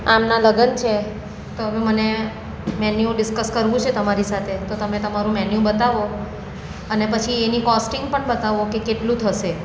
આમનાં લગ્ન છે તો હવે મને મેન્યૂ ડિસ્કસ કરવું છે તમારી સાથે તો તમે તમારું મેન્યૂ બતાવો અને પછી એની કોસ્ટિંગ પણ બતાવો કે કેટલું થશે